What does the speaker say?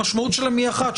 המשמעות שלהם היא אחת,